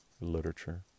literature